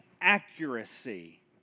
accuracy